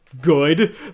good